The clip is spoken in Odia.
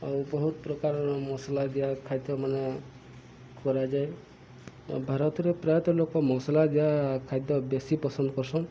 ଆଉ ବହୁତ ପ୍ରକାର ମସଲା ଦିଆ ଖାଦ୍ୟ ମାନେ କରାଯାଏ ଭାରତରେ ପ୍ରାୟତଃ ଲୋକ ମସଲା ଦିଆ ଖାଦ୍ୟ ବେଶୀ ପସନ୍ଦ କରସନ୍